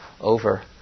over